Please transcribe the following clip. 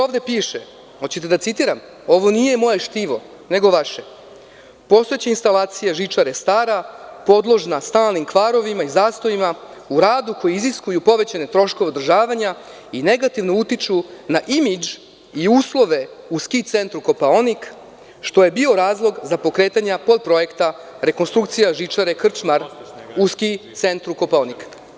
Ovde piše, da li hoćete da citiram, ovo nije moje štivo, nego vaše, da su postojeće instalacije žičare stare, podložne stalnim kvarovima i zastojima u radu koji iziskuju povećane troškove održavanja i negativno utiču na imidž i uslove u ski centru Kopaonik, što je bio razlog za pokretanja podprojekta rekonstrukcije žičare „Krčmar“ u ski centru Kopaonik.